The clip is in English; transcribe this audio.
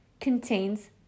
contains